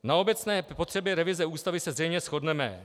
Na obecné potřebě revize Ústavy se zřejmě shodneme.